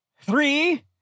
three